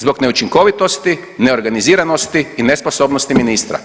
Zbog neučinkovitosti, neorganiziranosti i nesposobnosti ministra.